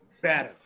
better